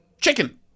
chicken